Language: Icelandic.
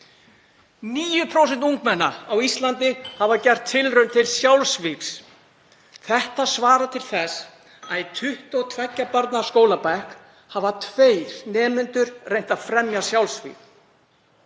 9% ungmenna á Íslandi hafa gert tilraun til sjálfsvígs. Þetta svarar til þess að í 22 barna skólabekk hafi tveir nemendur reynt að fremja sjálfsvíg.